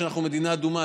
כשאנחנו מדינה אדומה,